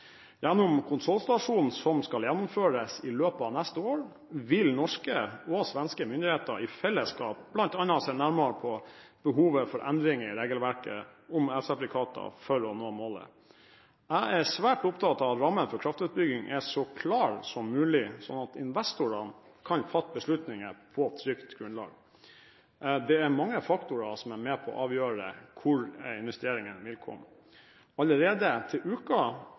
Gjennom kontrollstasjonen som skal gjennomføres i løpet av neste år, vil norske og svenske myndigheter i fellesskap bl.a. se nærmere på behovet for endring i regelverket om elsertifikater for å nå målet. Jeg er svært opptatt av at rammen for kraftutbygging er så klar som mulig, sånn at investorene kan fatte beslutninger på trygt grunnlag. Det er mange faktorer som er med på å avgjøre hvor investeringene vil komme. Allerede til uka